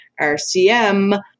RCM